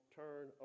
turn